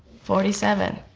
forty seven.